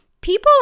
People